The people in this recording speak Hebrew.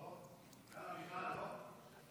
אדוני היושב-ראש,